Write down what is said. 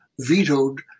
vetoed